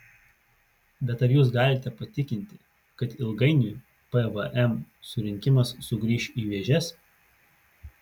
bet ar jūs galite patikinti kad ilgainiui pvm surinkimas sugrįš į vėžes